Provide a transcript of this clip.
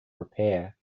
repair